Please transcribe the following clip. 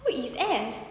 who is S